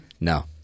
No